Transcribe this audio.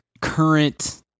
current